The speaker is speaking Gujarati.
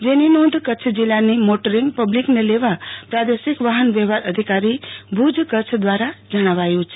જેની નોંધ કચ્છ જિલ્લાની મોટરીંગ પબ્લિકને લેવા પ્રાદેશિક વાહન વ્યવહાર અધિકારી ભુજ કચ્છ દ્વારા જણાવાયું છે